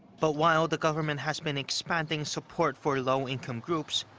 but while the government has been expanding support for low-income groups,